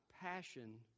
passion